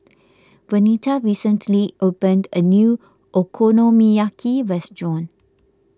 Vernita recently opened a new Okonomiyaki restaurant